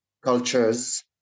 cultures